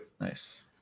Nice